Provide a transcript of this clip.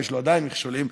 ויש עדיין מכשולים,